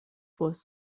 fosc